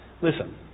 Listen